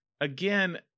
again